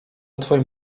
twoim